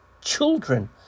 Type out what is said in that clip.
children